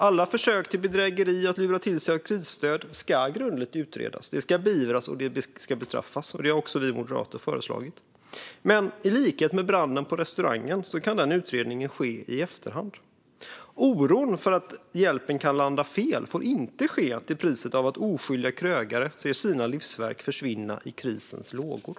Alla försök till bedrägeri och till att lura till sig krisstöd ska grundligt utredas, beivras och bestraffas. Det har vi moderater också föreslagit. Men i likhet med branden på restaurangen kan utredningen ske i efterhand. Oron för att hjälpen kan landa fel får inte medföra att oskyldiga krögare ser sina livsverk försvinna i krisens lågor.